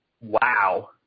Wow